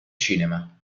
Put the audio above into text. cinema